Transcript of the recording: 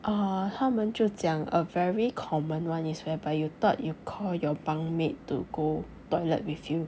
err 他们就讲 a very common one is whereby you thought you call your bunkmate to go toilet with you